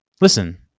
Listen